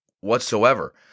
whatsoever